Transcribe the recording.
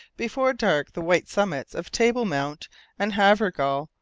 before dark the white summits of table mount and havergal,